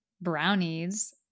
brownies